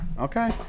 Okay